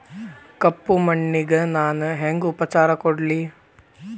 ಕಪ್ಪ ಮಣ್ಣಿಗ ನಾ ಹೆಂಗ್ ಉಪಚಾರ ಕೊಡ್ಲಿ?